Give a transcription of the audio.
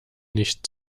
nicht